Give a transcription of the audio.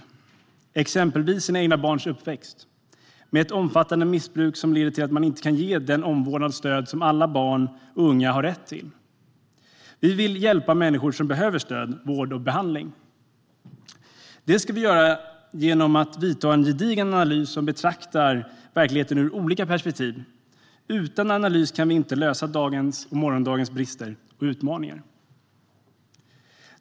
Man har exempelvis inte rätt att förstöra sina barns uppväxt genom ett omfattande missbruk som leder till att man inte kan ge dem den omvårdnad och det stöd som alla barn och unga har rätt till. Vi vill hjälpa människor som behöver stöd, vård och behandling. Det ska vi göra genom en gedigen analys där verkligheten betraktas ur olika perspektiv. Utan analys kan vi inte komma till rätta med dagens och morgondagens brister och utmaningar.